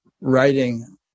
writing